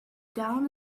down